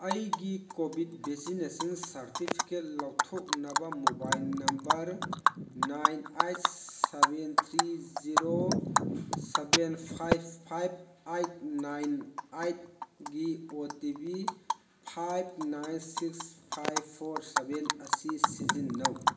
ꯑꯩꯒꯤ COVID vaccination certificate ꯂꯧꯊꯣꯛꯅꯕ mobile number nine eight seven three zero seven five five eight nine eight ꯒꯤ O T P five nine six five four seven ꯑꯁꯤ ꯁꯤꯖꯤꯟꯅꯧ